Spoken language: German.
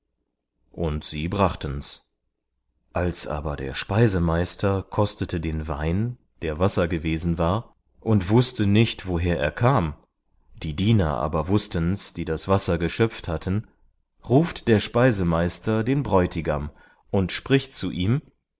und sie brachten's als aber der speisemeister kostete den wein der wasser gewesen war und wußte nicht woher er kam die diener aber wußten's die das wasser geschöpft hatten ruft der speisemeister den bräutigam und spricht zu ihm